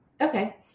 Okay